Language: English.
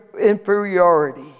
inferiority